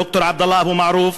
ד"ר עבדאללה אבו מערוף,